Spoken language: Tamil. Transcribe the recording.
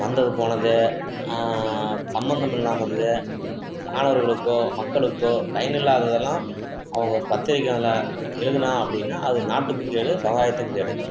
வந்தது போனது சம்மந்தம் இல்லாமல் இருந்தது மாணவர்களுக்கோ மக்களுக்கோ பயன் இல்லாததெல்லாம் அவங்கள் பத்திரிக்கையில எழுதுனா அப்படின்னா அது நாட்டுக்கும் கேடு சமுதாயத்துக்கும் கேடு